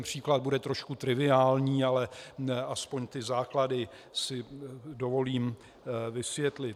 Příklad bude trošku triviální, ale aspoň základy si dovolím vysvětlit.